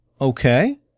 Okay